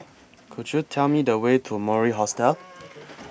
Could YOU Tell Me The Way to Mori Hostel